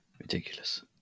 Ridiculous